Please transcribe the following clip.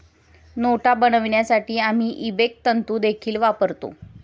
नोटा बनवण्यासाठी आम्ही इबेक तंतु देखील वापरतो